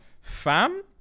Fam